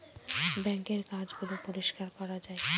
বাঙ্কের কাজ গুলো পরিষ্কার করা যায়